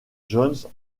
john